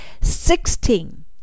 Sixteen